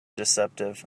deceptive